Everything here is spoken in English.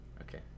Okay